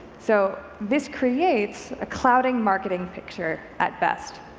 so this creates a clouding marketing picture at best.